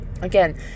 Again